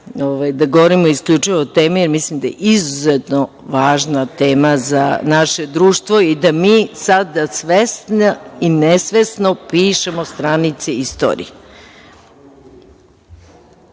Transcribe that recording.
da govorimo o temi isključivo, jer mislim da je izuzetno važna tema za naše društvo i da mi sada svesno i nesvesno pišemo stranice istorije. Reč